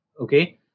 Okay